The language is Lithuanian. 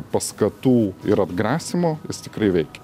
paskatų ir atgrasymo jis tikrai veikia